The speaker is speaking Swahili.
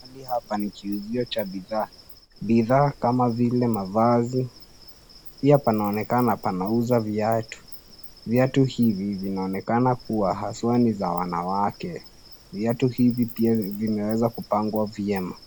Pahali hapa ni kiuzio cha bidhaa. Bidhaa kama vile mavazi, pia panaonekana panauzwa viatu. Viatu hivi vinaonekana kuwa haswa ni za wanawake. Viatu hivi pia vimeweza kupangwa vyema.